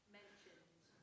mentioned